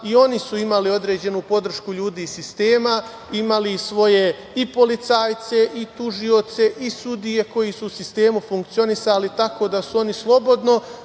i oni imali određenu podršku ljudi iz sistema. Imali su svoje i policajce i tužioce i sudije koji su u sistemu funkcionisali tako da su oni slobodno